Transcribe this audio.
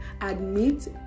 Admit